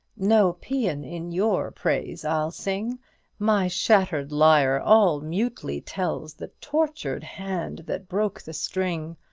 no paean in your praise i'll sing my shattered lyre all mutely tells the tortured hand that broke the string.